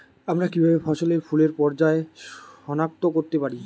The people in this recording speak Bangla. আমরা কিভাবে ফসলে ফুলের পর্যায় সনাক্ত করতে পারি?